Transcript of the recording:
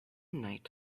night